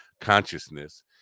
consciousness